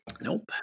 Nope